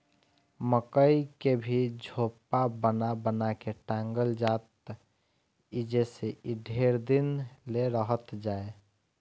मकई के भी झोपा बना बना के टांगल जात ह जेसे इ ढेर दिन ले रहत जाए